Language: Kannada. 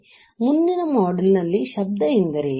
ಆದ್ದರಿಂದ ಮುಂದಿನ ಮಾಡ್ಯೂಲ್ ನಲ್ಲಿ ಶಬ್ದ ಎಂದರೇನು